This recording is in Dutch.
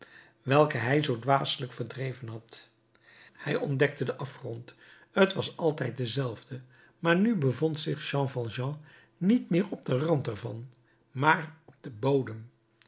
welke hij zoo dwaselijk verdreven had hij ontdekte den afgrond t was altijd dezelfde maar nu bevond zich jean valjean niet meer op den rand er van maar op den bodem